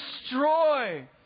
destroy